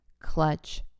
clutch